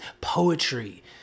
poetry